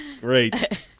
Great